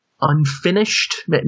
unfinished